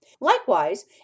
Likewise